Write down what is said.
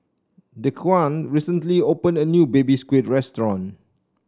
Dequan recently opened a new Baby Squid restaurant